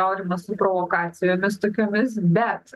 aurimas su provokacijomis tokiomis bet